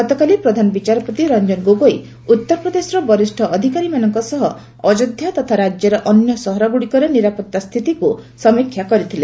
ଗତକାଲି ପ୍ରଧାନ ବିଚାରପତି ରଞ୍ଜନ ଗୋଗୋଇ ଉତ୍ତରପ୍ରଦେଶର ବରିଷ୍ଠ ଅଧିକାରୀମାନଙ୍କ ସହ ଅଯୋଧ୍ୟା ତଥା ରାକ୍ୟର ଅନ୍ୟ ସହରଗୁଡ଼ିକରେ ଉପସ୍ଥିତ ନିରାପତ୍ତା ସ୍ଥିତିକୁ ସମୀକ୍ଷା କରିଥିଲେ